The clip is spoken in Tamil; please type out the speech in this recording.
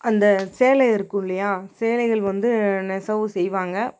அந்த சேலை இருக்கும் இல்லையா சேலைகள் வந்து நெசவு செய்வாங்க